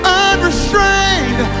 unrestrained